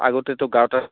আগতেতো গাঁৱতে